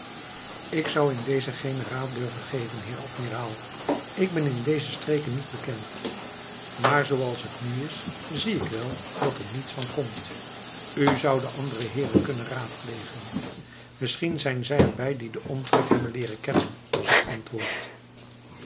ik zou in deze geenen raad durven geven heer admiraal ik ben in deze streken niet bekend maar zooals het nu is zie ik wel dat er niets van komt u zou de andere heeren kunnen raadplegen misschien zijn er bij die den omtrek hebben leeren kennen was het antwoord